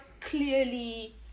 clearly